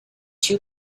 two